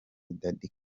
daddy